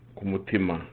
Kumutima